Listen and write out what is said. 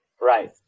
Right